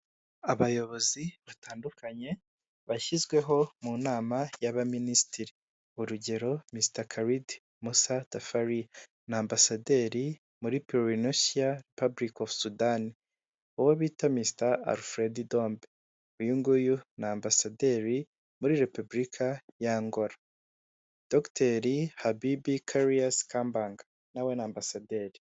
Abayobozi batandukanye bashyizweho mu nama y'abaminisitiri. urugero misita Karidi musa tafari ni ambasaderi muri purinosiya pabulike ofu Sudan. Uwo bita misita Aruferedi dombe uyu nguyu ni ambasaderi muri repubulika ya Angola. Dogiteri Habibi Cariyusi kambanga na we ni ambasaderi.